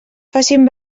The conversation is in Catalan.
facin